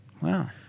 wow